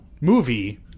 movie